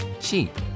cheap